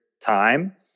time